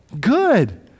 good